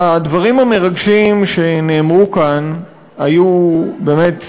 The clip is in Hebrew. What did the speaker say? הדברים המרגשים שנאמרו כאן היו באמת,